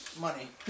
money